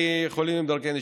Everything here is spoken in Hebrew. חולים בדרכי הנשימה.